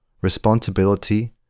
Responsibility